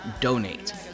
donate